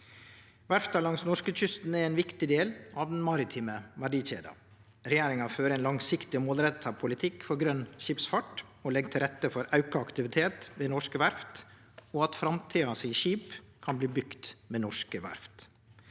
Verfta langs norskekysten er ein viktig del av den maritime verdikjeda. Regjeringa fører ein langsiktig og målretta politikk for grøn skipsfart og legg til rette for auka aktivitet ved norske verft og at framtidas skip kan bli bygde ved norske verft.